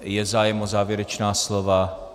Je zájem o závěrečná slova?